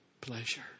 pleasure